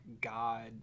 God